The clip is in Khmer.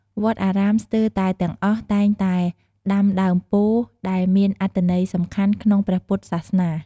វត្តអារាមស្ទើរតែទាំងអស់តែងតែដាំដើមពោធិ៍ ដែលមានអត្ថន័យសំខាន់ក្នុងព្រះពុទ្ធសាសនា។